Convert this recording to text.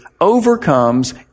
overcomes